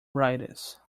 riders